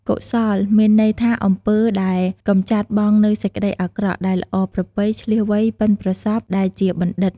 កុសល មានន័យថាអំពើដែលកម្ចាត់បង់នូវសេចក្តីអាក្រក់ ដែលល្អប្រពៃ ឈ្លាសវៃ បុិនប្រសប់ ដែលជាបណ្ឌិត។